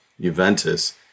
Juventus